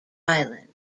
island